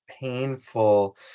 painful